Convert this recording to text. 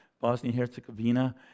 Bosnia-Herzegovina